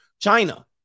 China